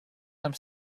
some